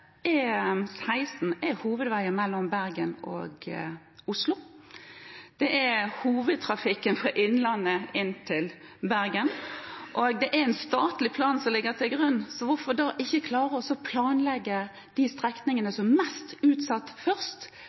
hovedveien mellom Bergen og Oslo. Det er hovedferdselsåren fra innlandet til Bergen. Det ligger en statlig plan til grunn, så hvorfor klarer en da ikke å planlegge først de strekningene som er mest utsatt,